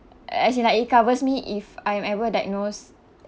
as in like it covers me if I'm ever diagnose